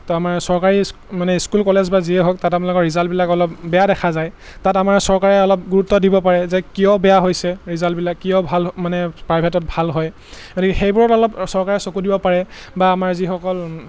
তো আমাৰ চৰকাৰী মানে স্কুল কলেজ বা যিয়ে হওক তাত আপোনালোকৰ ৰিজাল্টবিলাক অলপ বেয়া দেখা যায় তাত আমাৰ চৰকাৰে অলপ গুৰুত্ব দিব পাৰে যে কিয় বেয়া হৈছে ৰিজাল্টবিলাক কিয় ভাল মানে প্ৰাইভেটত ভাল হয় গতিকে সেইবোৰত অলপ চৰকাৰে চকু দিব পাৰে বা আমাৰ যিসকল